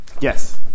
Yes